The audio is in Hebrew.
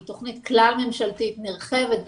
היא תוכנית כלל ממשלתית נרחבת,